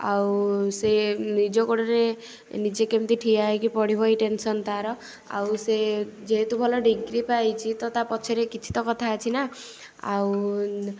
ଆଉ ସିଏ ନିଜ ଗୋଡ଼ରେ ନିଜେ କେମିତି ଠିଆ ହେଇକି ପଢ଼ିବ ଏଇଟା ଟେନସନ୍ ତା'ର ଆଉ ସିଏ ଯେହେତୁ ଭଲ ଡିଗ୍ରୀ ପାଇଛି ତ ତା ପଛରେ କିଛି ତ କଥା ଅଛି ନା ଆଉ